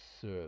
serve